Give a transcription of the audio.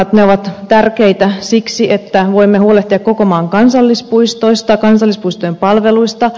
ne ovat tärkeitä siksi että voimme huolehtia koko maan kansallispuistoista kansallispuistojen palveluista